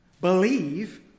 believe